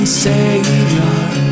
savior